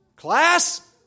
Class